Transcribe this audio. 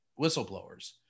whistleblowers